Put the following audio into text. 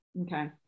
Okay